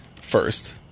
first